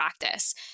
practice